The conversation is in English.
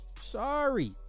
Sorry